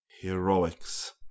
Heroics